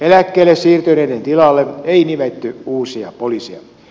eläkkeelle siirtyneiden tilalle ei nimetty uusia poliiseja